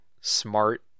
smart